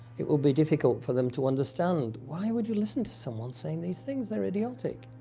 it will be difficult for them to understand. why would you listen to someone saying these things? they're idiotic!